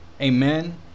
Amen